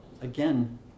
again